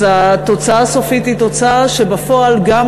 אז התוצאה הסופית היא תוצאה שבפועל גם